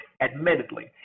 admittedly